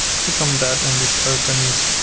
click on that and this opens